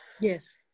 yes